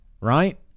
right